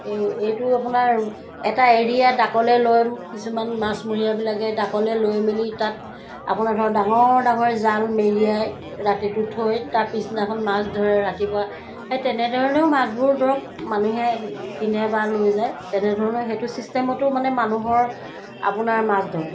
এই এইটো আপোনাৰ এটা এৰিয়া ডাকলে লয় কিছুমান মাছমৰীয়াবিলাকে ডাকলে লৈ মেলি তাত আপোনাৰ ধৰ ডাঙৰ ডাঙৰ জাল মেৰিয়াই ৰাতিটো থৈ তাৰ পিছদিনাখন মাছ ধৰে ৰাতিপুৱা সেই তেনেধৰণৰেও মাছবোৰ ধৰক মানুহে কিনে বা লৈ যায় তেনেধৰণেও সেইটো চিষ্টেমতো মানে মানুহৰ আপোনাৰ মাছ ধৰে